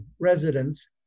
residents